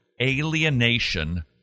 alienation